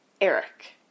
Eric